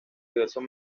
diversos